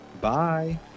Bye